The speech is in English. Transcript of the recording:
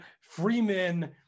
Freeman